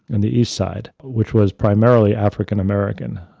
and the east side, which was primarily african american.